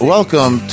Welcome